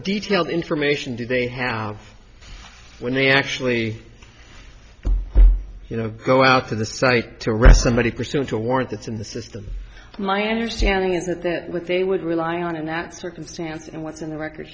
detailed information do they have when they actually you know go out to the site to rest somebody pursuant to a warrant that's in the system my understanding is that that what they would rely on in that circumstance and what's in the record